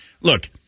look